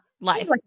life